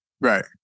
Right